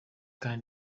can